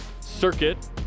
circuit